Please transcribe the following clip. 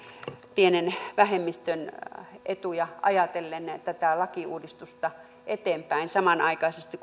pienen vähemmistön etuja ajatellen tätä lakiuudistusta eteenpäin samanaikaisesti